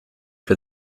for